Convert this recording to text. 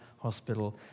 hospital